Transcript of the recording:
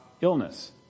illness